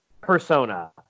persona